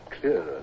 clearer